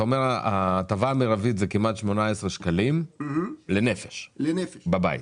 אתה אומר שההטבה המרבית היא כמעט 18 שקלים לנפש בבית.